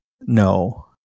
No